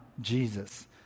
Jesus